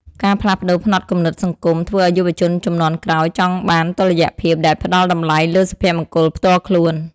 ការផ្លាស់ប្តូរផ្នត់គំនិតសង្គម ធ្វើឱ្យយុវជនជំនាន់ក្រោយចង់បានតុល្យភាពដែលផ្តល់តម្លៃលើសុភមង្គលផ្ទាល់ខ្លួន។